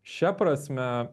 šia prasme